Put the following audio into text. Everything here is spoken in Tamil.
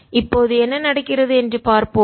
இப்போது என்ன நடக்கிறது என்று பார்ப்போம்